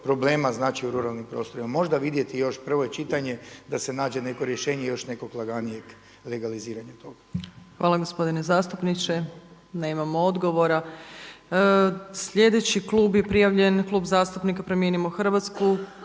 problema znači u ruralnim prostorima. Možda vidjeti još, prvo je čitanje da se nađe neko rješenje još nekog laganijeg legaliziranja toga. **Opačić, Milanka (SDP)** Hvala gospodine zastupniče. Nemamo odgovora. Sljedeći klub je prijavljen je Klub zastupnika Promijenimo Hrvatsku.